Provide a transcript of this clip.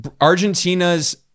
Argentina's